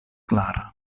klara